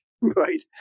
right